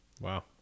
Wow